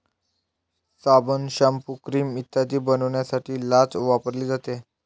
साबण, shampoo, cream इत्यादी बनवण्यासाठी लाच वापरली जाते